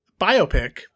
biopic